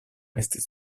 estis